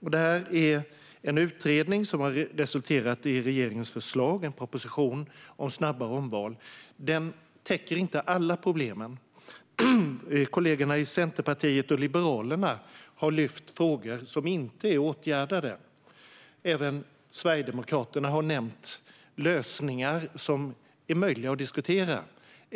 Det här är en utredning som har resulterat i regeringens förslag, en proposition, om snabbare omval. Den täcker dock inte alla problem. Kollegorna i Centerpartiet och Liberalerna har lyft upp frågor som inte är åtgärdade. Även Sverigedemokraterna har nämnt lösningar som är möjliga att diskutera.